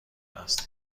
است